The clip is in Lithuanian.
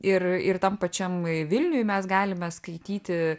ir ir tam pačiam vilniui mes galime skaityti